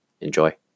Enjoy